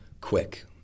quick